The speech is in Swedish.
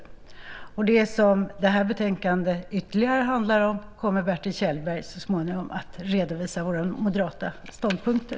När det gäller det som det här betänkandet ytterligare handlar om kommer Bertil Kjellberg så småningom att redovisa våra moderata ståndpunkter.